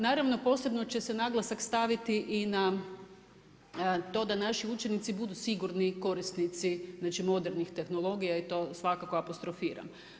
Naravno posebno će se naglasak staviti i na to da naši učenici budu sigurni korisnici, znači modernih tehnologija i to svakako apostrofiram.